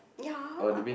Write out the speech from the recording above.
yeah